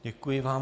Děkuji vám.